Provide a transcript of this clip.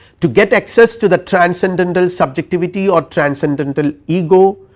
to get access to the transcendental subjectivity or transcendental ego,